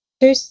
Two